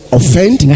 offend